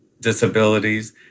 disabilities